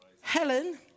Helen